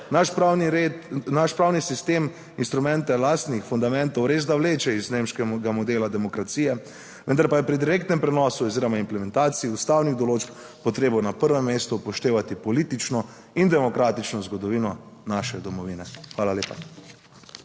Naš pravni sistem, instrumente lastnih fundamentov res da vleče iz nemškega modela demokracije, vendar pa je pri direktnem prenosu oziroma implementaciji ustavnih določb potrebno na prvem mestu upoštevati politično in demokratično zgodovino. Naše domovine. Hvala lepa.